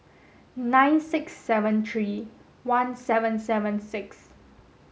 nine six seven three one seven seven six